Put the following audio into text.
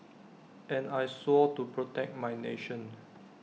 and I swore to protect my nation